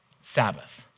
Sabbath